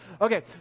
Okay